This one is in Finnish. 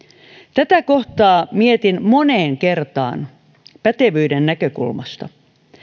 tätä kohtaa mietin moneen kertaan pätevyyden näkökulmasta